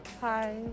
Hi